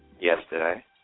yesterday